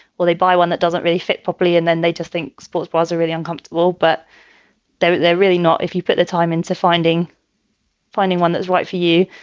they buy one that doesn't really fit properly. and then they just think sports was a really uncomfortable. but they're they're really not. if you put the time into finding finding one. that's right. for you,